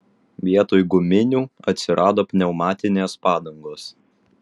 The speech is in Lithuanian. vietoj guminių atsirado pneumatinės padangos